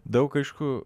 daug aišku